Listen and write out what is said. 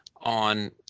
on